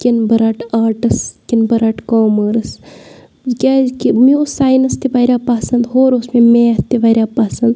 کِنہٕ بہٕ رَٹہٕ آرٹٕس کِنہٕ بہٕ رَٹہٕ کامٲرٕس کیٛازِکہِ مےٚ اوٗس ساینَس تہِ واریاہ پَسَنٛد ہورٕ اوٗس مےٚ میتھ تہِ واریاہ پَسَنٛد